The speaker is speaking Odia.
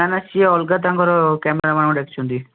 ନା ନା ସିଏ ଅଲଗା ତାଙ୍କର କ୍ୟାମେରା ମ୍ୟାନକୁ ଡାକିଛନ୍ତି